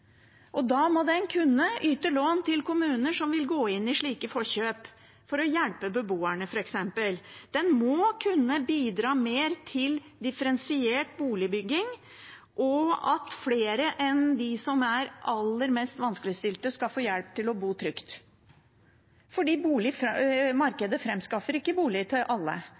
og da må den kunne yte lån til kommuner som vil gå inn i slike forkjøp, f.eks. for å hjelpe beboerne. Den må kunne bidra mer til differensiert boligbygging og at flere enn dem som er aller mest vanskeligstilt, skal få hjelp til å bo trygt – for boligmarkedet framskaffer ikke boliger til alle,